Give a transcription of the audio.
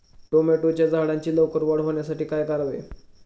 टोमॅटोच्या झाडांची लवकर वाढ होण्यासाठी काय करावे?